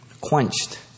quenched